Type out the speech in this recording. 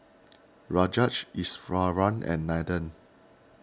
Rajat Iswaran and Nathan